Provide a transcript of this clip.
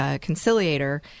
conciliator